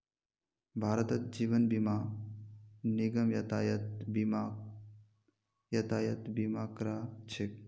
भारतत जीवन बीमा निगम यातायात बीमाक यातायात बीमा करा छेक